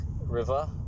river